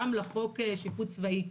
גם על חוק השיפוט הצבאי.